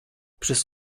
przez